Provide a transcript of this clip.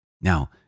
Now